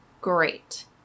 Great